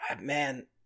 Man